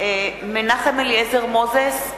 מנחם אליעזר מוזס,